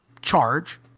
charge